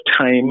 time